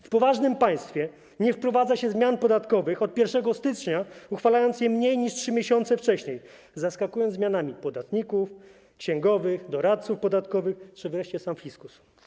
W poważnym państwie nie wprowadza się zmian podatkowych od 1 stycznia, uchwalając je mniej niż 3 miesiące wcześniej, nie zaskakuje się zmianami podatników, księgowych, doradców podatkowych czy wreszcie sam fiskus.